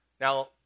Now